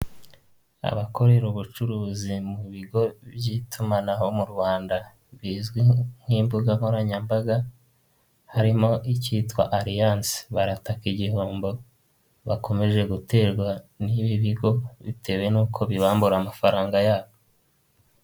Abakorera ubucuruzi mu bigo by'itumanaho mu Rwanda bizwi nk'imbuga nkoranyambaga, harimo ikitwa Arianse barataka igihombo bakomeje guterwa n'ibi bigo, bitewe n'uko bibambura amafaranga yabo.